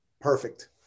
Perfect